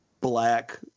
black